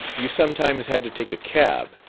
you sometimes had to take a cab,